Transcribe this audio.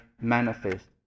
manifest